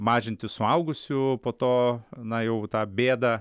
mažinti suaugusių po to na jau tą bėdą